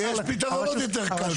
יש פתרון עוד יותר קל.